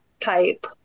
type